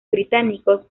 británicos